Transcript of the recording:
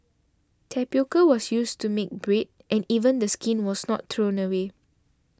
tapioca was used to make bread and even the skin was not thrown away